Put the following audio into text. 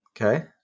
Okay